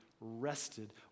rested